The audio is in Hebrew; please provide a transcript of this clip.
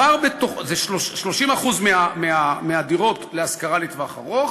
זה 30% מהדירות להשכרה לטווח ארוך,